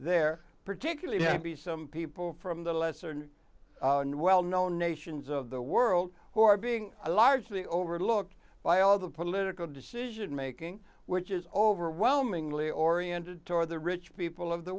they're particularly happy some people from the lesser and well known nations of the world who are being largely overlooked by all the political decision making which is overwhelmingly oriented toward the rich people of the